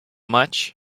much